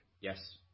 Yes